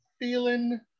feeling